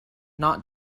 not